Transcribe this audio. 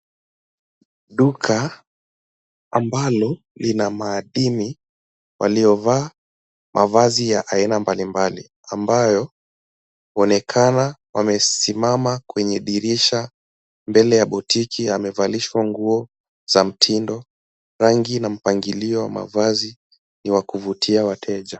Duka ambalo lina maadimi waliovaa mavazi ya aina mbalimbali ambayo huonekana wamesimama kwenye na dirisha mbele ya botiki yamevalishwa nguo za mtindo rangi na mpangilio wa mavazi ni wa kuvutia wateja.